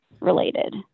related